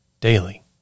daily